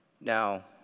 Now